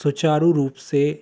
सुचारु रूप से